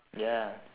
ya